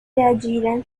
reagire